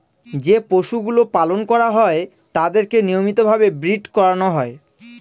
যে পশুগুলো পালন করা হয় তাদেরকে নিয়মিত ভাবে ব্রীড করানো হয়